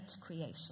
creation